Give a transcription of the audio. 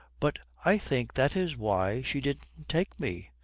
but i think that is why she didn't take me.